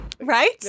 right